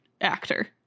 actor